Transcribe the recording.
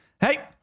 hey